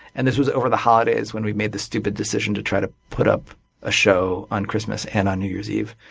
and this was over the holidays when we made the stupid decision to try to put up a show on christmas and on new year s eve.